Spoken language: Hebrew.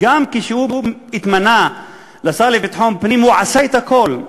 וגם כשהתמנה לשר לביטחון פנים הוא עשה את הכול.